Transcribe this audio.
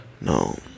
No